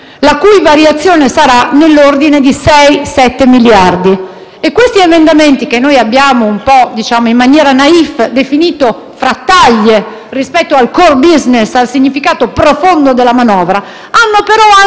la cui variazione sarà nell'ordine di sei, sette miliardi. Questi emendamenti, che noi abbiamo, in maniera *naif*, definito frattaglie rispetto al *core business* e al significato profondo della manovra, hanno però anch'essi